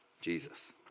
Jesus